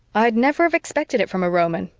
i'd never have expected it from a roman,